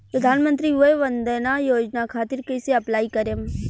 प्रधानमंत्री वय वन्द ना योजना खातिर कइसे अप्लाई करेम?